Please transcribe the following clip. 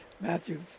Matthew